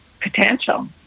potential